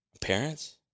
parents